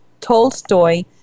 Tolstoy